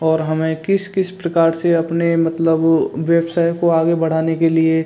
और हमें किस किस प्रकार से अपने मतलब वह वेवसाय को आगे बढ़ाने के लिए